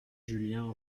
julien